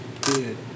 good